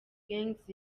gangz